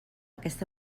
aquesta